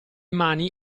mani